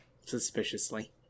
Suspiciously